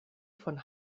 von